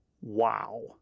Wow